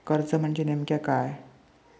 कर्ज म्हणजे नेमक्या काय?